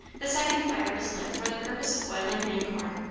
the second fire was lit for the purpose of boiling green corn,